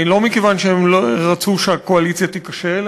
לא מכיוון שהם רצו שהקואליציה תיכשל,